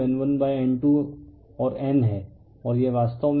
तो N1 300 मिला है इसलिए N23005 यहाँ से भी इसे N260 प्राप्त कर सकते हैं